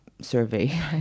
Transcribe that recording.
survey